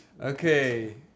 Okay